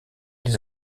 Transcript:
les